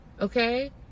okay